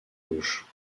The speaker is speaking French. gauche